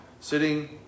sitting